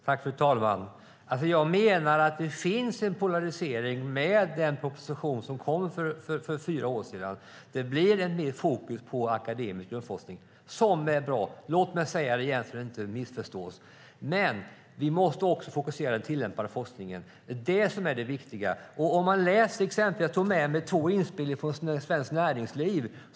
Fru talman! Jag menar att det finns en polarisering med den proposition som kom för fyra år sedan. Det blir mer fokus på akademisk grundforskning, som är bra. Låt mig säga det igen så att det inte missförstås. Men vi måste också fokusera på den tillämpade forskningen. Det är viktigt. Jag har tagit med mig två inspel från Svenskt Näringsliv.